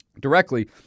directly